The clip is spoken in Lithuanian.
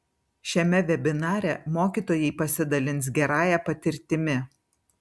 šiame vebinare mokytojai pasidalins gerąja patirtimi